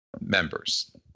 members